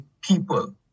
people